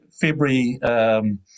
February